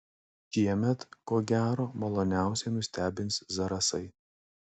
šiemet ko gero maloniausiai nustebins zarasai